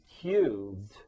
cubed